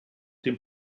dem